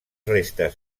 restes